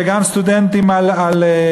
וגם סטודנטים משלמים על חדרים,